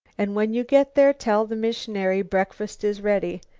and when you get there tell the missionary breakfast is ready.